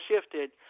shifted